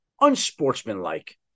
unsportsmanlike